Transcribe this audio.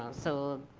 um so